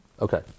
Okay